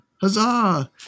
huzzah